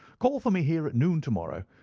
call for me here at noon to-morrow,